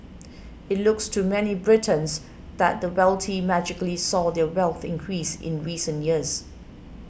it looks to many Britons that the wealthy magically saw their wealth increase in recent years